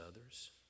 others